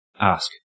Ask